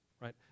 right